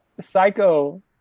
psycho